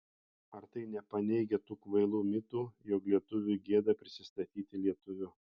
ar tai nepaneigia tų kvailų mitų jog lietuviui gėda prisistatyti lietuviu